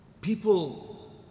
People